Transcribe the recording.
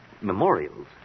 memorials